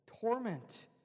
torment